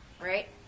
right